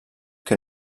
que